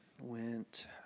went